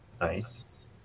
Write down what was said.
Nice